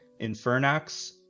infernax